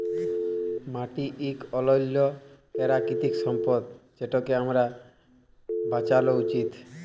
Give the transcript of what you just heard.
মাটি ইক অলল্য পেরাকিতিক সম্পদ যেটকে আমাদের বাঁচালো উচিত